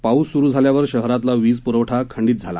पाऊस सुरू झाल्यावर शहरातला वीजपुरवठा खंडित झाला